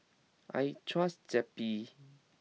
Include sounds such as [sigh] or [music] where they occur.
I trust Zappy [noise]